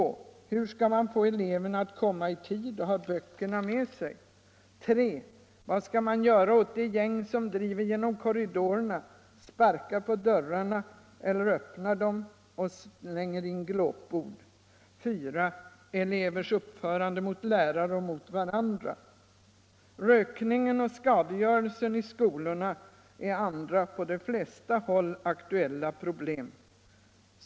Hur skall man få eleverna att komma i tid och ha böckerna med sig? 4. Elevers uppförande mot lärare och mot varandra. Rökningen och skadegörelsen i skolan är andra på de flesta håll aktuella problem.